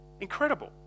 Incredible